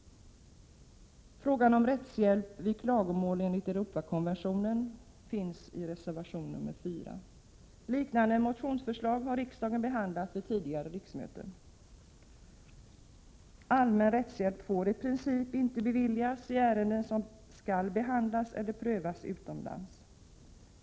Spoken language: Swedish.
Frågan om rättshjälp vid klagomål enligt Europakonventionen tas upp i reservation nr 7. Liknande motionsförslag har behandlats av riksdagen vid tidigare riksmöten. Allmän rättshjälp får i princip inte beviljas i ärenden som skall behandlas eller prövas utomlands.